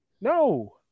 no